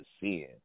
seeing